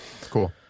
cool